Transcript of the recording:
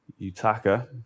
Utaka